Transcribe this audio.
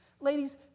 Ladies